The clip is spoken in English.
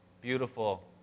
Beautiful